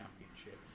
Championship